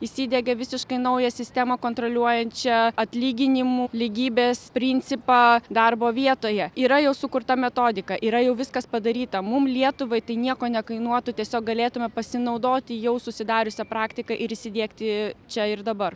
įsidegė visiškai naują sistemą kontroliuojančią atlyginimų lygybės principą darbo vietoje yra jau sukurta metodika yra jau viskas padaryta mums lietuvai tai nieko nekainuotų tiesiog galėtume pasinaudoti jau susidariusia praktika ir įsidiegti čia ir dabar